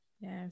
Yes